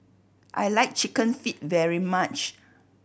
I like Chicken Feet very much